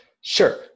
Sure